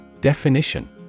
Definition